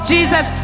Jesus